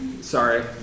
Sorry